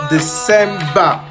December